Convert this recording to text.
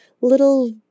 little